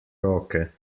roke